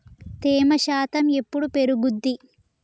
తేమ శాతం ఎప్పుడు పెరుగుద్ది?